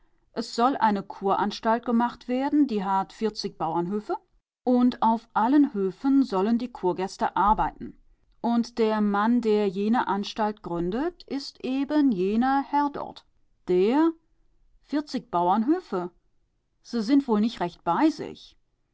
es soll eine kuranstalt gemacht werden die hat vierzig bauernhöfe und auf allen höfen sollen die kurgäste arbeiten und der mann der jene anstalt gründet ist eben jener herr dort der vierzig bauernhöfe se sind wohl nicht recht bei sich